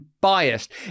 biased